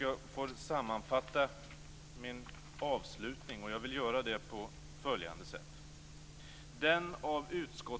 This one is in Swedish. Jag vill sammanfatta och avsluta på följande sätt.